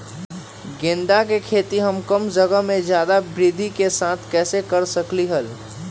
गेंदा के खेती हम कम जगह में ज्यादा वृद्धि के साथ कैसे कर सकली ह?